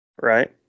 right